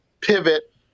pivot